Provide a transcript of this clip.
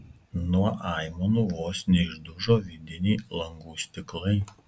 nuo aimanų vos neišdužo vidiniai langų stiklai